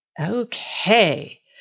Okay